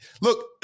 Look